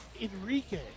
Enrique